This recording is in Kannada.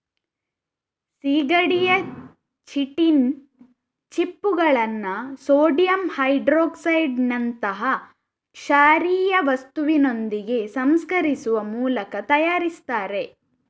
ಸೀಗಡಿಯ ಚಿಟಿನ್ ಚಿಪ್ಪುಗಳನ್ನ ಸೋಡಿಯಂ ಹೈಡ್ರಾಕ್ಸೈಡಿನಂತಹ ಕ್ಷಾರೀಯ ವಸ್ತುವಿನೊಂದಿಗೆ ಸಂಸ್ಕರಿಸುವ ಮೂಲಕ ತಯಾರಿಸ್ತಾರೆ